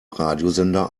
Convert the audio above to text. radiosender